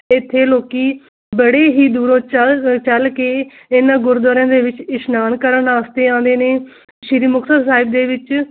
ਇੱਥੇ ਲੋਕੀ ਬੜੇ ਹੀ ਦੂਰੋਂ ਚਲ ਚਲ ਕੇ ਇਹਨਾਂ ਗੁਰਦੁਆਰਿਆਂ ਦੇ ਵਿੱਚ ਇਸ਼ਨਾਨ ਕਰਨ ਵਾਸਤੇ ਆਉਂਦੇ ਨੇ ਸ਼੍ਰੀ ਮੁਕਤਸਰ ਸਾਹਿਬ ਦੇ ਵਿੱਚ